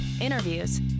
interviews